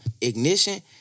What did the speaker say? Ignition